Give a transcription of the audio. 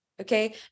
Okay